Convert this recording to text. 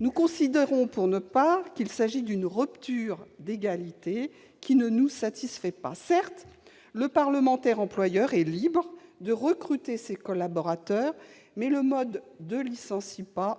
Nous considérons, pour notre part, qu'il s'agit d'une rupture d'égalité, ce qui ne nous satisfait pas. Certes, le parlementaire employeur est libre de recruter ses collaborateurs, mais le mode de licenciement